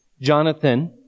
Jonathan